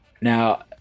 Now